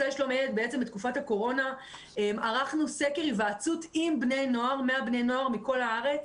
בתקופת הקורונה ערכנו סקר היוועצות עם 100 בני נוער בכל הארץ.